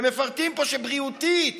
והם מפרטים פה שבריאותית